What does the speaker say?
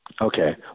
okay